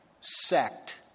sect